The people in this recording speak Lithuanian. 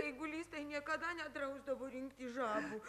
eigulys tai niekada nedrausdavo rinkti žabų